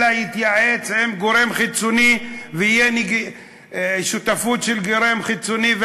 אלא שהוא יתייעץ עם גורם חיצוני ותהיה שותפות של גורם חיצוני,